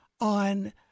on